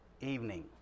evening